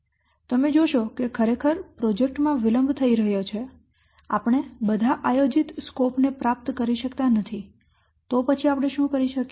જો તમે જોશો કે ખરેખર પ્રોજેક્ટ માં વિલંબ થઈ રહ્યો છે આપણે બધા આયોજિત સ્કોપ ને પ્રાપ્ત કરી શકતા નથી તો આપણે શું કરી શકીએ